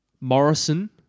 Morrison